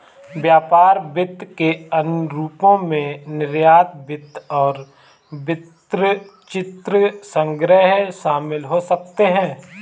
व्यापार वित्त के अन्य रूपों में निर्यात वित्त और वृत्तचित्र संग्रह शामिल हो सकते हैं